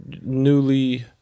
newly